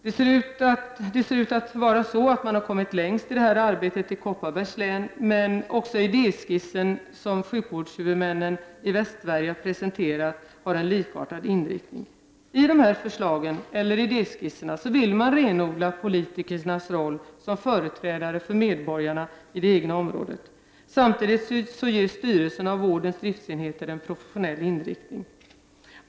Man ser ut att ha kommit längst med detta arbete i Kopparbergs län. Men också de idéskisser som sjukvårdshuvudmännen i Västsverige har presenterat har en likartad inriktning. I dessa idéskisser vill man renodla politikernas roll som företrädare för medborgarna i det egna området. Samtidigt ges styrelsen av vårdens driftenheter en proportionell inriktning.